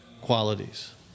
qualities